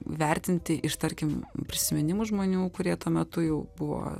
vertinti iš tarkim prisiminimų žmonių kurie tuo metu jau buvo